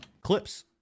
clips